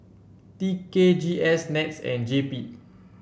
T K G S NETS and J P